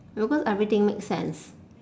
you know cause everything makes sense